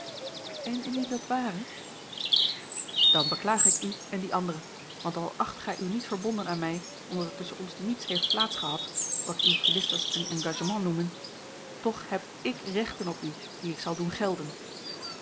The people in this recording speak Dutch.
en indien dat ware dan beklaag ik u en dien andere want al acht gij u niet verbonden aan mij omdat er tusschen ons niets heeft plaats gehad wat uwe philisters een engagement noemen toch heb ik rechten op u die ik zal doen gelden